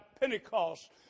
Pentecost